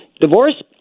divorce